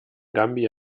gambia